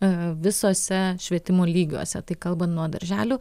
visose švietimo lygiuose tai kalbant nuo darželių